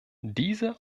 diese